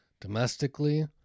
domestically